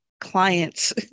clients